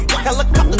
Helicopter